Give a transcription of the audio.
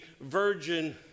virgin